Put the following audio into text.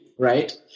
right